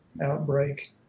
outbreak